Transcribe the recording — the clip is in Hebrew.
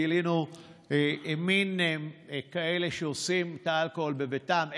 גילינו מין כאלה שעושים את האלכוהול בביתם,